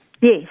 Yes